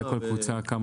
לגבי כל קבוצה כמה?